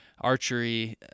archery